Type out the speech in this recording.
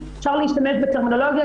אפשר להשתמש בטרמינולוגיה